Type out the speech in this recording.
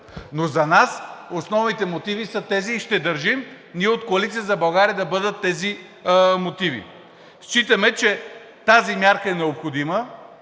но за нас основните мотиви са тези и ще държим ние от „Коалиция за България“ да бъдат тези мотиви. Считаме, че тази мярка е необходима.